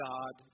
God